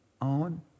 on